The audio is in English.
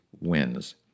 wins